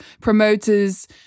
promoters